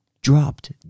dropped